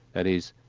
that is,